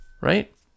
right